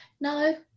No